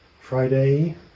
Friday